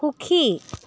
সুখী